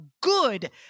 good